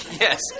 Yes